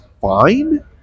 fine